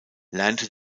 lernte